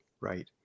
Right